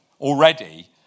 already